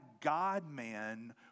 God-man